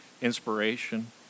inspiration